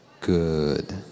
Good